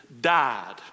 died